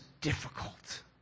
difficult